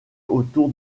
autour